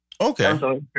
Okay